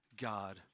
God